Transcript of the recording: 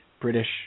British